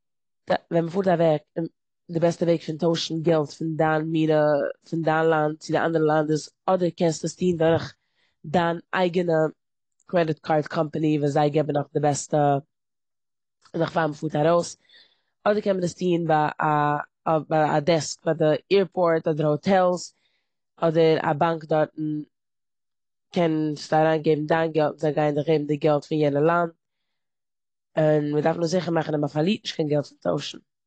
די- ווען מ'פארט אוועק- די בעסטע וועג פון טוישן געלט פון דיין מינע- פון דיין לאנד צו א אנדערע לאנד איז אדער קענסטו עס טון דורך דיין אייגענע קרעדיט קארד וואס זיי געבן נאך די בעסטע נאך פאר מ'פארט ארויס, אדער קען מען עס טון ביי א א- ביי א דעסק ביי די עירפארטס אדער האטעלס. אדער א באנק דארטן קענסטו אריינגעבן דיין געלט און זיי גייען דיך געבן די געלט פון יענע לאנד און מ'דארף נאר זיכער מאכן אז מ'פארלירט נישט קיין געלט פון טוישן.